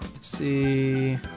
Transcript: see